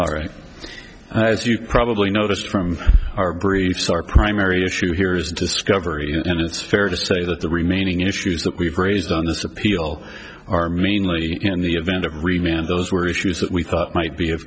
all right as you probably noticed from our briefs our primary issue here is discovery and it's fair to say that the remaining issues that we've raised on this appeal are mainly in the event that remain and those were issues that we thought might be